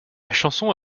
chanson